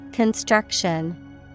Construction